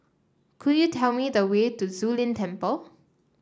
could you tell me the way to Zu Lin Temple